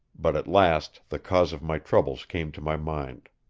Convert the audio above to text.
but at last the cause of my troubles came to my mind.